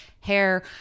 hair